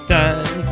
time